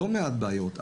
לא מעט בעיות,